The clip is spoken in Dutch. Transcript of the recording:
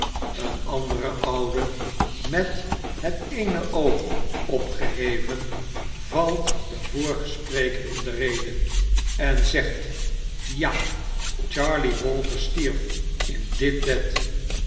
een andere oude met het eene oog opgeheven valt den vorigen spreker in de rede en zegt ja charley walters stierf inditbed